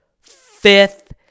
fifth